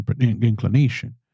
inclination